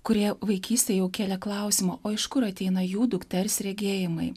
kurie vaikystėj jau kėlė klausimą o iš kur ateina jų dukters regėjimai